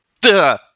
Duh